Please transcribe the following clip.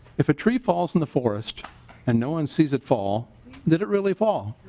if a tree falls in the forest and no one sees it fall did it really fall?